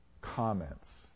comments